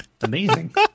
Amazing